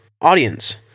audience